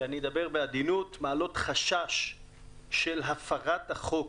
שאני אדבר בעדינות, מעלות חשש של הפרת החוק,